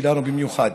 שלנו במיוחד,